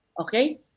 Okay